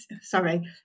sorry